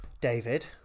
David